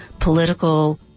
political